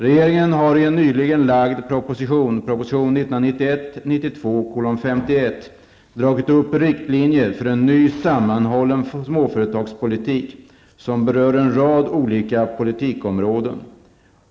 Regeringen har i en nyligen framlagd proposition dragit upp riktlinjer för en ny sammanhållen småföretagspolitik, som berör en rad olika politikområden.